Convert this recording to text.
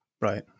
Right